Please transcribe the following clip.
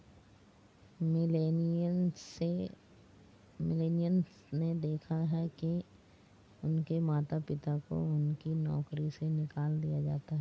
millennials ने देखा है कि उनके माता पिता को उनकी नौकरी से निकाल दिया जाता है